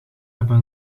hebben